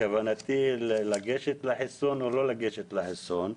כוונתי לגשת לחיסון או לא לגשת לחיסון.